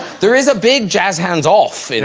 there is a big jazz hands off